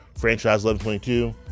Franchise1122